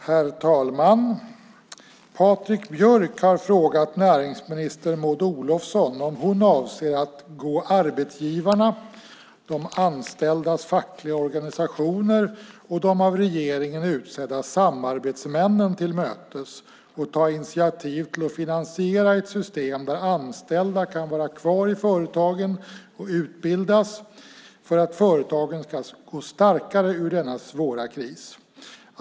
Herr talman! Patrik Björck har frågat näringsminister Maud Olofsson om hon avser att gå arbetsgivarna, de anställdas fackliga organisationer och de av regeringen utsedda samordningsmännen till mötes och ta initiativ till att finansiera ett system där anställda kan vara kvar i företagen och utbildas för att företagen ska gå starka ur denna svåra kris.